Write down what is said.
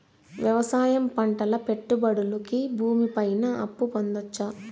వ్యవసాయం పంటల పెట్టుబడులు కి భూమి పైన అప్పు పొందొచ్చా?